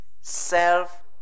self